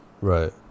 Right